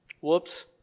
Whoops